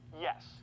yes